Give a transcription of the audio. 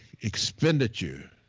expenditure